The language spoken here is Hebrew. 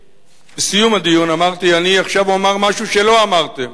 ובסיום הדיון אמרתי: אני עכשיו אומר משהו שלא אמרתם,